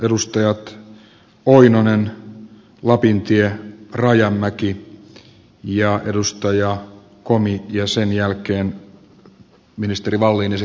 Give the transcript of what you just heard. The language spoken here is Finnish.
edustajat oinonen lapintie rajamäki ja komi ja sen jälkeen ministeri wallin ja sitten puhujalistaan